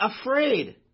afraid